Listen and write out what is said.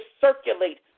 circulate